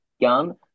gun